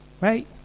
right